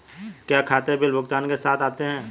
क्या खाते बिल भुगतान के साथ आते हैं?